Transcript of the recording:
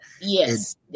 Yes